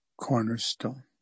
cornerstone